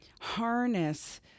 harness